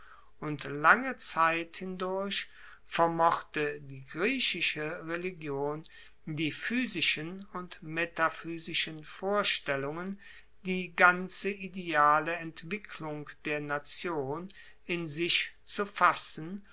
und lange zeit hindurch vermochte die griechische religion die physischen und metaphysischen vorstellungen die ganze ideale entwicklung der nation in sich zu fassen